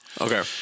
okay